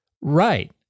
Right